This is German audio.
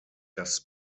das